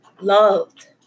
loved